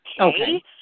Okay